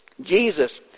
Jesus